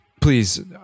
please